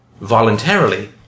voluntarily